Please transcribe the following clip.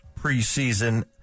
preseason